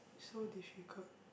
so difficult